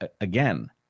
again